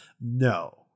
No